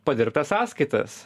padirbtas sąskaitas